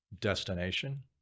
destination